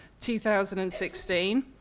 2016